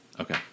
Okay